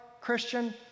Christian